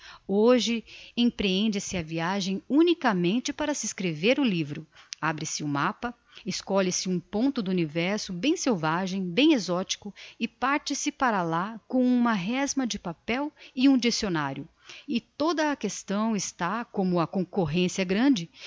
hoje emprehende se a viagem unicamente para se escrever o livro abre-se o mappa escolhe se um ponto do universo bem selvagem bem exotico e parte-se para lá com uma resma de papel e um diccionario e toda a questão está como a concorrencia é grande